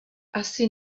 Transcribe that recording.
asi